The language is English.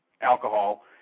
alcohol